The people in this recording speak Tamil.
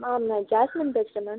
மேம் நான் ஜாஸ்மின் பேசுகிறேன் மேம்